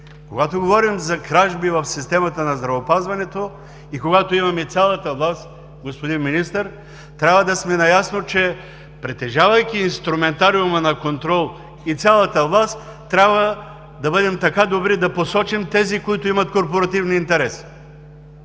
Когато говорим за кражби в системата на здравеопазването и когато имаме цялата власт, господин Министър, трябва да сме наясно, че притежавайки инструментариума на контрол и цялата власт, трябва да бъдем така добри да посочим тези, които имат корпоративни интереси.